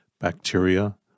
bacteria